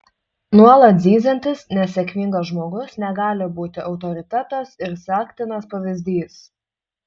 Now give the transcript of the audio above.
nuolat zyziantis nesėkmingas žmogus negali būti autoritetas ir sektinas pavyzdys